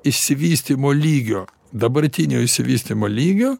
išsivystymo lygio dabartinio išsivystymo lygio